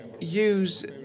use